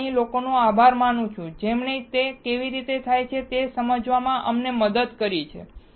હું આ લોકોનો આભાર માનું છું જેમણે તે કેવી રીતે થાય છે તે સમજવામાં અમને મદદ કરી છે